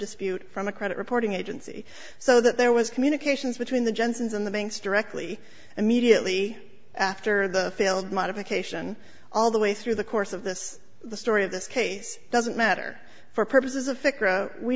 dispute from a credit reporting agency so that there was communications between the jensens and the banks directly immediately after the failed modification all the way through the course of this the story of this case doesn't matter for purposes o